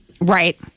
Right